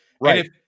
Right